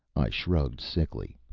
i shrugged sickly.